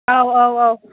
ꯑꯥꯎ ꯑꯥꯎ ꯑꯥꯎ